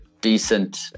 decent